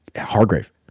Hargrave